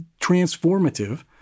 transformative